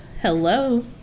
Hello